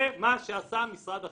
זה מה שעשה משרד החינוך.